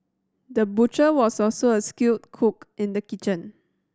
the butcher was also a skilled cook in the kitchen